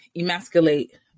emasculate